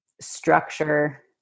structure